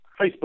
Facebook